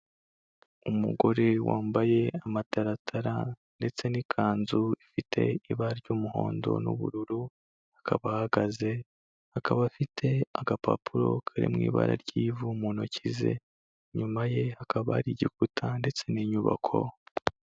Umugore wambaye amataratara ndetse n'ikanzu ifite ibara ry'umuhondo n'ubururu, akaba ahagaze, akaba afite agapapuro kari mu ibara ry'ivu mu ntoki ze, inyuma ye hakaba ari igikuta ndetse n'inyubako.